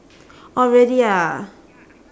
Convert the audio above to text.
oh really ah